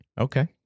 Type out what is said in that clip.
okay